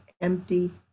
empty